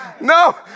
No